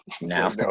now